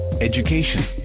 education